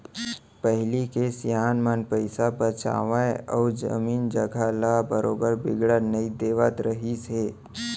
पहिली के सियान मन पइसा बचावय अउ जमीन जघा ल बरोबर बिगड़न नई देवत रहिस हे